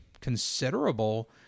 considerable